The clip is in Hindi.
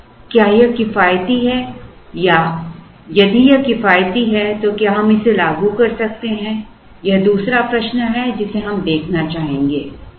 अब क्या यह किफायती है या यदि यह किफायती है तो क्या हम इसे लागू कर सकते हैं यह दूसरा प्रश्न है जिसे हम देखना चाहेंगे